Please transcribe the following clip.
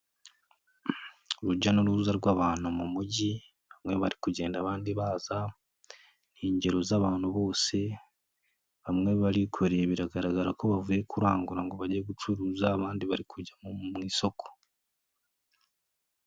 Urujya n'uruza rw'abantu mu mujyi bamwe bari kugenda abandi baza ni ingero z'abantu bose bamwe barikoreye biragaragara ko bavuye kurangura ngo bage gucuruza abandi bari kujya mu isoko.